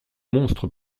monstre